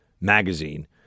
magazine